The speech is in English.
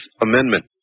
Amendment